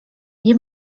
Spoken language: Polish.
nie